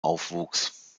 aufwuchs